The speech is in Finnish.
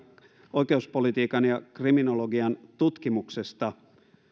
oikeuspolitiikan ja kriminologian tutkimuksesta